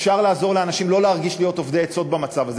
אפשר לעזור לאנשים לא להרגיש אובדי עצות במצב הזה,